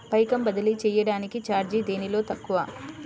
పైకం బదిలీ చెయ్యటానికి చార్జీ దేనిలో తక్కువ?